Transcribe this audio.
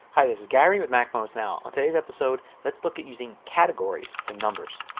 hi this is gary with macmost now. on today's episode let's look at using categories in numbers.